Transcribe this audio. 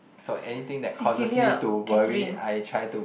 so anything that causes me to worry I try to